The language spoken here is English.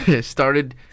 Started